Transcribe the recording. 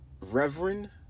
reverend